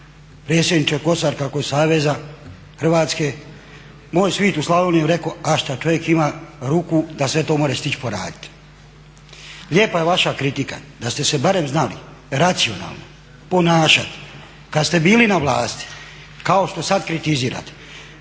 predsjedniče Košarkaškog saveza Hrvatske, moj svit u Slavoniji bi reko a šta čovik ima ruku da sve to more stić poraditi. Lijepa je vaša kritika. Da ste se barem znali racionalno ponašati kad ste bili na vlasti kao što sad kritizirate